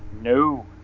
No